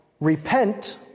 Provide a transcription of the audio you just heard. repent